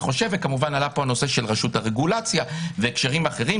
כמובן עלה פה הנושא של רשות הרגולציה והקשרים אחרים,